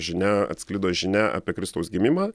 žinia atsklido žinia apie kristaus gimimą